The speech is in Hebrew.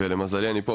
ולמזלי אני פה.